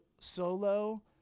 solo